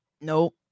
Nope